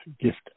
gift